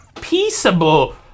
peaceable